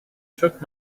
shook